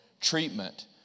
treatment